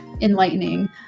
enlightening